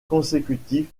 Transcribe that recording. consécutive